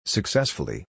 Successfully